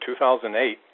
2008